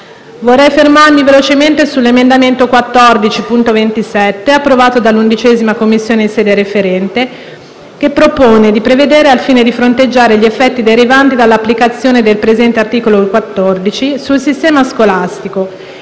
Vorrei soffermarmi brevemente sull'emendamento 14.27, approvato dall'11a Commissione in sede referente, che propone, al fine di fronteggiare gli effetti derivanti dall'applicazione del presente articolo 14 sul sistema scolastico